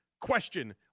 question